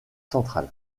central